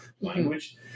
language